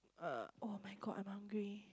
err oh-my-God I'm hungry